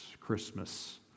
Christmas